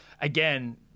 Again